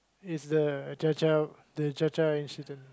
is the cha cha the cha cha incident